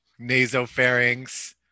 nasopharynx